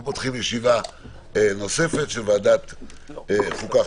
פותחים ישיבה נוספת של ועדת חוקה,